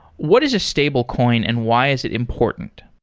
what is a stablecoin and why is it important?